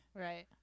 right